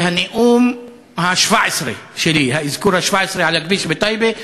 זה הנאום ה-17 שלי, האזכור ה-17 של הכביש בטייבה.